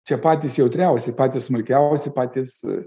čia patys jautriausi patys smulkiausi patys